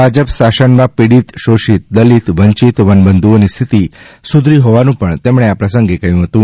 ભાજપ શાસન માં પીડિત શોષિત દલિત વંચિત વનબંધુઓની સ્થિતિ સુધારી હોવાનું પણ તેમણે આ પ્રસંગે કહ્યું હતું